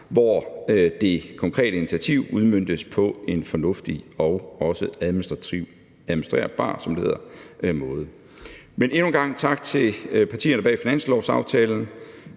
hvor det konkrete initiativ udmøntes på en fornuftig og også administrativt administrerbar, som det hedder, måde. Men endnu en gang tak til partierne bag finanslovsaftalen.